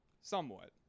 Somewhat